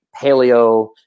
paleo